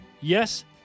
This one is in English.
Yes